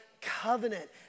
covenant